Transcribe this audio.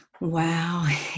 Wow